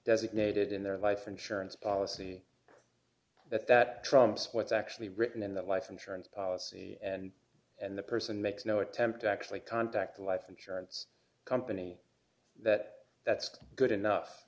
designated in their life insurance policy that that trumps what's actually written in that life insurance policy and and the person makes no attempt to actually contact the life insurance company that that's good enough